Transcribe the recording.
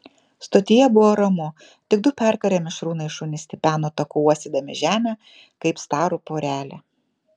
stotyje buvo ramu tik du perkarę mišrūnai šunys tipeno taku uostydami žemę kaip starų porelė